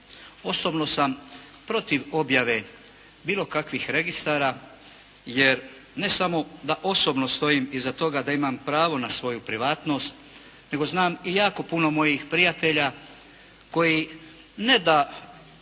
Osobno sam protiv objave bilo kakvih registara, jer ne samo da osobno stojim iza toga da imam pravo na svoju privatnost nego znam jako puno mojih prijatelja koji ne da